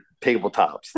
tabletops